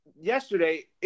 yesterday –